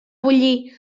bullir